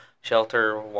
shelter